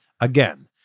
again